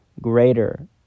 greater